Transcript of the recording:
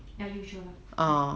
their usual lah